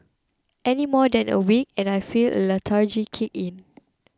any more than a week and I feel the lethargy kick in